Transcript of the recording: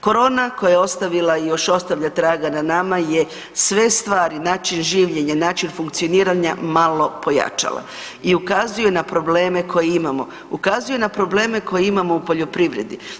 Korona koja je ostavila i još ostavlja traga na nama je sve stvari, način življenja i način funkcioniranja malo pojačala i ukazuju na probleme koje imamo, ukazuju na probleme koje imamo u poljoprivredi.